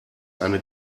eine